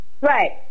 Right